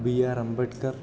B R Ambedkar